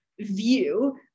view